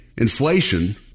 inflation